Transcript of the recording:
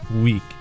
week